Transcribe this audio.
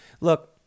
Look